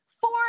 four